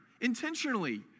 intentionally